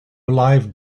live